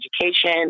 education